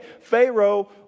Pharaoh